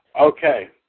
Okay